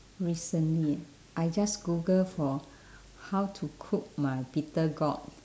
recently ah I just google for how to cook my bittergourd